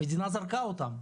המדינה זרקה אותם.